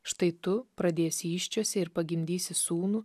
štai tu pradėsi įsčiose ir pagimdysi sūnų